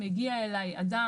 מגיע אליי אדם,